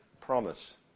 promise